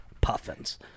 puffins